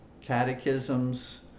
catechisms